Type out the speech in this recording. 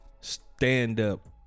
stand-up